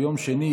ביום שני,